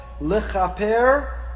Lechaper